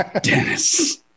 dennis